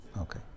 Okay